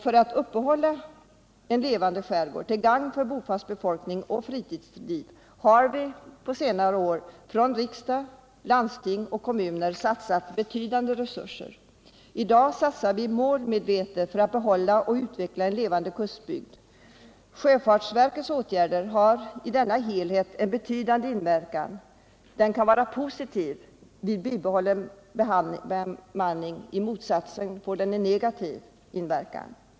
För att uppehålla en levande skärgård till gagn för bofast befolkning och fritidsliv har riksdag, landsting och kommuner satsat betydande resurser. I dag satsar vi målmedvetet för att behålla och utveckla en levande kustbygd. Sjöfartsverkets åtgärder har i denna helhet en betydande inverkan. Den kan vara positiv vid bibehållen bemanning, vid motsatsen blir den negativ.